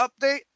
update